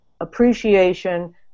appreciation